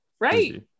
right